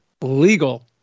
legal